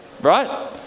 Right